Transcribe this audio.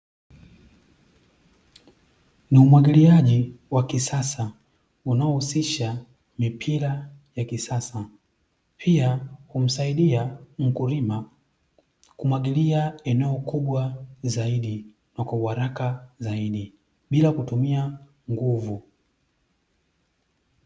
Ni umwagiliaji wa kisasa unaohusisha mipira ya kisasa, pia humsaidia mkulima kumwagilia eneo kubwa zaidi na kwa uharaka zaidi bila kutumia nguvu.